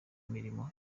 imirimo